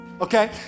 Okay